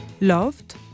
Loved